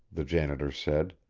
the janitor said.